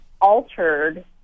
altered